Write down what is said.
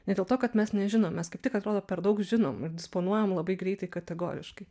ne dėl to kad mes nežinom mes kaip tik atrodo per daug žinom ir disponuojam labai greitai kategoriškai